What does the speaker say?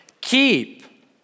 Keep